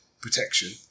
protection